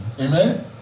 Amen